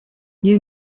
you